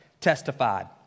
testified